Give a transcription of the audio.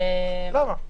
למה?